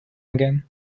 again